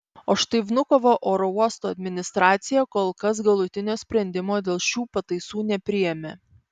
o štai vnukovo oro uosto administracija kol kas galutinio sprendimo dėl šių pataisų nepriėmė